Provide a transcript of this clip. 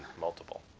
multiple